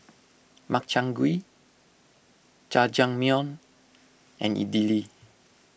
Makchang Gui Jajangmyeon and Idili